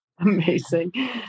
Amazing